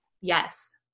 yes